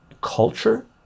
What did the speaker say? culture